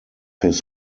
his